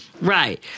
Right